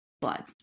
blood